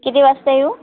किती वाजता येऊ